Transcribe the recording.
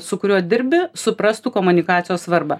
su kuriuo dirbi suprastų komunikacijos svarbą